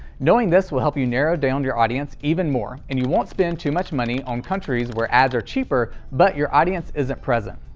knowing this will help you narrow down your audience even more, and you won't spend too much money on countries where ads are cheaper, but your audience isn't present.